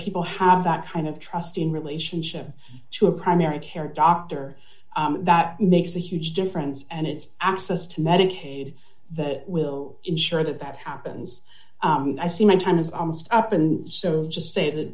people have that kind of trust in relationship to a primary care doctor that makes a huge difference and it's access to medicaid that will ensure that that happens i see my time is almost up and so just say that